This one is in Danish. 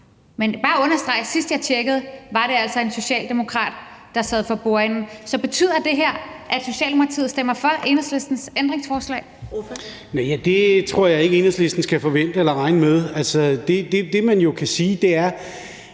vil bare understrege, at sidst jeg tjekkede, var det altså en socialdemokrat, der sad for bordenden. Så betyder det her, at Socialdemokratiet stemmer for Enhedslistens ændringsforslag? Kl. 13:28 Første næstformand (Karen Ellemann): Ordføreren.